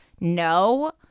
no